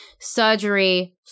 surgery